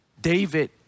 David